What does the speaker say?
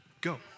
Go